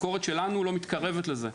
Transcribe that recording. לא מתקרבת לזה.